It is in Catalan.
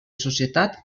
societat